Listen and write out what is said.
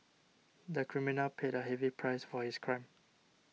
the criminal paid a heavy price for his crime